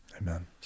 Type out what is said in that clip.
Amen